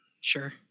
sure